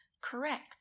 correct